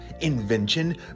Invention